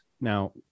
now